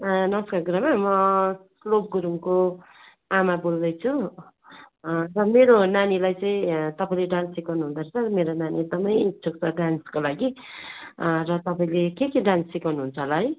नमस्कार गुरुमा म श्लोक गुरुङको आमा बोल्दैछु मेरो नानीलाई चाहिँ तपाईँले डान्स सिकाउनु हुँदोरहेछ मेरो नानी एकदमै इच्छुक छ डान्सको लागि र तपाईँले के के डान्स सिकाउनुहुन्छ होला है